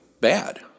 bad